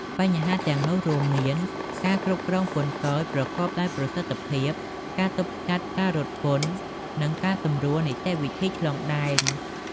បញ្ហាទាំងនោះរួមមាន ការគ្រប់គ្រងពន្ធគយ ប្រកបដោយប្រសិទ្ធភាព ការទប់ស្កាត់ការរត់ពន្ធ និងការសម្រួលនីតិវិធីឆ្លងដែន។